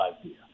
idea